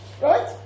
Right